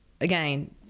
again